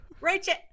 Rachel